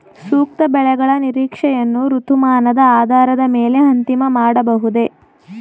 ಸೂಕ್ತ ಬೆಳೆಗಳ ನಿರೀಕ್ಷೆಯನ್ನು ಋತುಮಾನದ ಆಧಾರದ ಮೇಲೆ ಅಂತಿಮ ಮಾಡಬಹುದೇ?